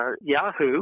Yahoo